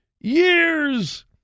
years